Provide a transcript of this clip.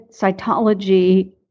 cytology